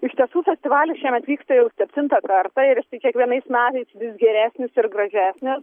iš tiesų festivalis šiemet vyksta jau septintą kartą ir jisai kiekvienais metais vis geresnis ir gražesnis